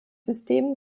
system